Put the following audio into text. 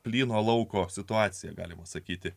plyno lauko situaciją galima sakyti